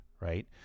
right